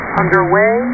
underway